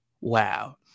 Wow